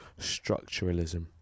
Structuralism